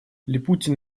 липутин